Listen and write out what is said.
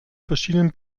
verschiedenen